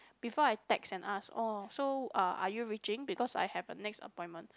before I text and ask orh so ah are you reaching because I have a next appointment